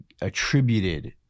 attributed